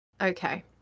Okay